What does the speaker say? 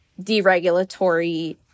deregulatory